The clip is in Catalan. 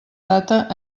data